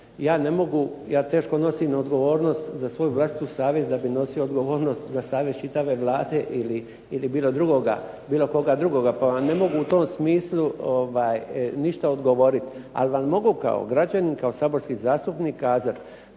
ja teško nosim odgovornost za svoju vlastitu savjest da bi nosio odgovornost za savjest čitave Vlade ili bilo koga drugoga pa vam ne mogu u tom smislu ništa odgovoriti, ali vam mogu kao građanin, kao saborski zastupnik